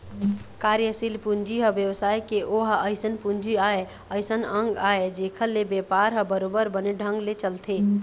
कार्यसील पूंजी ह बेवसाय के ओहा अइसन पूंजी आय अइसन अंग आय जेखर ले बेपार ह बरोबर बने ढंग ले चलथे